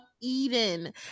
Eden